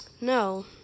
no